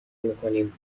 میکنیم